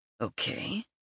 Okay